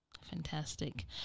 Fantastic